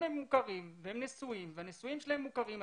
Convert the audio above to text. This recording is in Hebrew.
אם הם מוכרים והם נשואים והנישואים שלהם מוכרים,